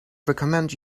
recommend